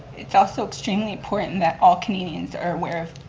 it's also extremely important that all canadians are aware of